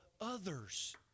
others